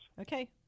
Okay